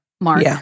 mark